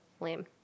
Lame